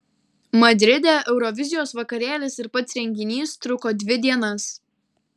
madride eurovizijos vakarėlis ir pats renginys truko dvi dienas